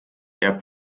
jääb